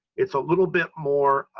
it's a little bit more